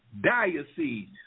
diocese